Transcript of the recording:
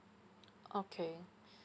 okay